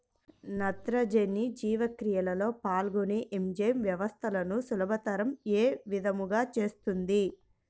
నత్రజని జీవక్రియలో పాల్గొనే ఎంజైమ్ వ్యవస్థలను సులభతరం ఏ విధముగా చేస్తుంది?